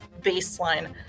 baseline